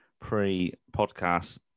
pre-podcast